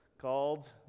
called